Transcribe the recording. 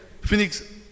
Phoenix